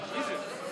אתה הצבעת נגד.